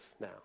now